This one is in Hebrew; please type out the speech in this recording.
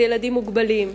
בילדים מוגבלים,